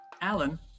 Alan